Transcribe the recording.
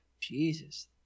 Jesus